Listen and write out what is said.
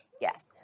yes